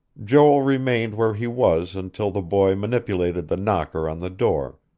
joel remained where he was until the boy manipulated the knocker on the door